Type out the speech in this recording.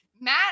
Matt